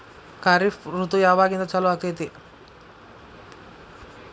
ಖಾರಿಫ್ ಋತು ಯಾವಾಗಿಂದ ಚಾಲು ಆಗ್ತೈತಿ?